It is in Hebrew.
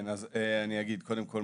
קודם כול,